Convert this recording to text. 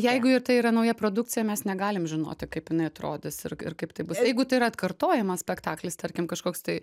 jeigu y tai yra nauja produkcija mes negalim žinoti kaip jinai atrodys ir k ir kaip tai jeigu tai yra atkartojamas spektaklis tarkim kažkoks tai